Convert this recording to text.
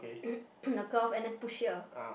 the cloth and then push here